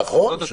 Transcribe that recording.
נכון.